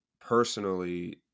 personally